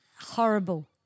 Horrible